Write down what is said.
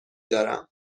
دارم